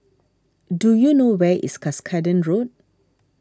do you know where is Cuscaden Road